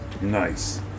Nice